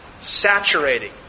saturating